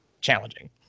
challenging